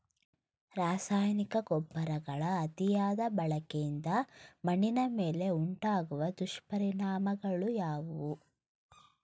ರಾಸಾಯನಿಕ ಗೊಬ್ಬರಗಳ ಅತಿಯಾದ ಬಳಕೆಯಿಂದ ಮಣ್ಣಿನ ಮೇಲೆ ಉಂಟಾಗುವ ದುಷ್ಪರಿಣಾಮಗಳು ಯಾವುವು?